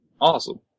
Awesome